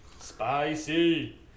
Spicy